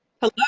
Hello